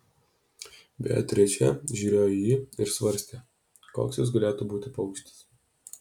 beatričė žiūrėjo į jį ir svarstė koks jis galėtų būti paukštis